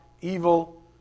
evil